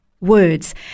words